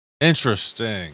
Interesting